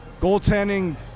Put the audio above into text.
goaltending